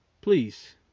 please